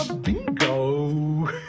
bingo